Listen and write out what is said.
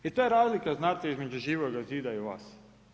I to je razlika, znate, između Živoga zida i vas.